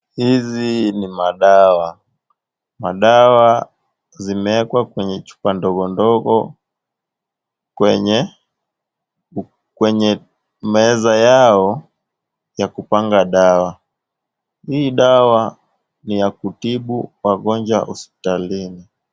Hizi ni madawa. Madawa zimeekwa kwenye chupa ndogondogo, kwenye meza yao ya kupanga dawa. Hii dawa ni ya kutibu wagonjwa hospitalini.